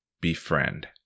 Befriend